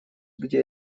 где